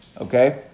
okay